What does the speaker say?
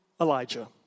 Elijah